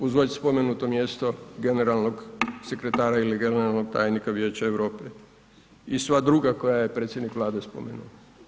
Uz već spomenuto mjesto generalnog sekretara ili generalnog tajnika Vijeća Europe i sva druga koje je predsjednik Vlade spomenuo.